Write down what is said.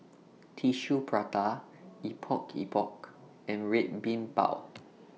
Tissue Prata Epok Epok and Red Bean Bao